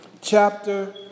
chapter